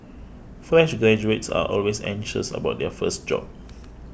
fresh graduates are always anxious about their first job